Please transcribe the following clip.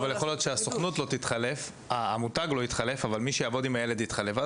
אבל יכול להיות שהמותג לא יתחלף אבל מי שיעבוד עם הילד יתחלף.